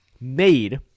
made